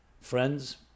friends